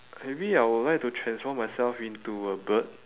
maybe I would like to transform myself into a bird